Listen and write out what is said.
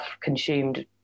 consumed